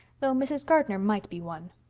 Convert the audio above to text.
though mrs. gardner might be won.